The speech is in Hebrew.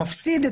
המפלגות?